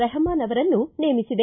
ರೆಹಮಾನ್ ಅವರನ್ನು ನೇಮಿಸಿದೆ